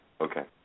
Okay